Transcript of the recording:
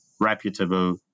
reputable